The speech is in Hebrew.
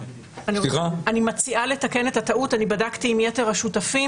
אני בדקתי עם יתר השותפים,